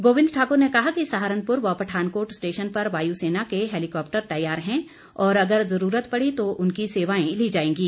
गोबिंद ठाकुर ने कहा कि सहारनपुर व पठानकोट स्टेशन पर वायु सेना के हैलीकॉप्टर तैयार हैं और अगर जरूरत पड़ी तो उनकी सेवाएं ली जाएंगी